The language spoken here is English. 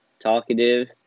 talkative